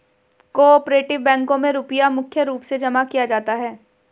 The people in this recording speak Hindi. को आपरेटिव बैंकों मे रुपया मुख्य रूप से जमा किया जाता है